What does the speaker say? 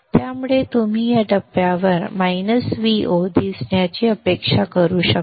त्यामुळे तुम्ही या टप्प्यावर मायनस Vo दिसण्याची अपेक्षा करू शकता